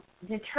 determine